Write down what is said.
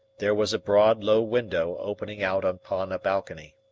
there was a broad, low window opening out upon a balcony.